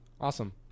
Awesome